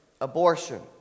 abortion